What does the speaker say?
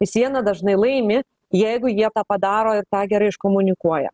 vis viena dažnai laimi jeigu jie tą padaro ir tą gerai iškomunikuoja